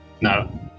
No